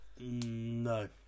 No